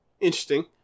interesting